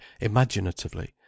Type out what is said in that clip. imaginatively